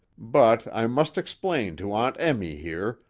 but i must explain to aunt emmy here,